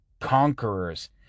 Conquerors